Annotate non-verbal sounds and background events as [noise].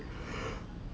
[noise]